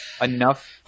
enough